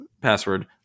password